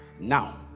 now